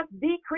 decrease